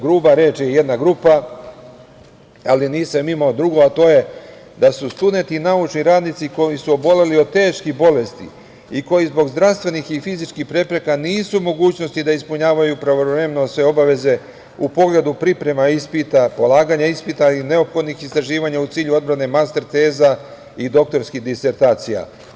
Gruba je reč – jedna grupa, ali nisam imao drugo, a to je da su studenti i naučni radnici koji su oboleli od teških bolesti i koji zbog zdravstvenih i fizičkih prepreka nisu u mogućnosti da ispunjavaju pravovremeno sve obaveze u pogledu priprema ispita, polaganja ispita i neophodnih istraživanja u cilju odbrane master teza i doktorskih disertacija.